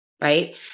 Right